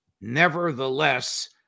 Nevertheless